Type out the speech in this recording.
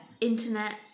internet